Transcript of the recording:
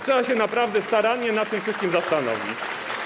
Trzeba się naprawdę starannie nad tym wszystkim zastanowić.